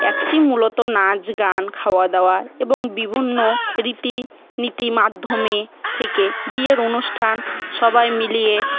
একটি মূলত নাচ গান খাওয়া দাওয়া এবং বিভিন্ন রীতি নীতি মাধ্যমে থেকে বিয়ের অনুষ্ঠান সবাই মিলিয়ে